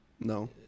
No